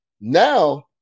now